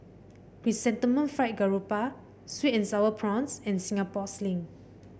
Chrysanthemum Fried Garoupa sweet and sour prawns and Singapore Sling